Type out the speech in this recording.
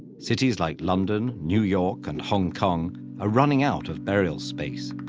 cities like london, new york, and hong kong are running out of burial space.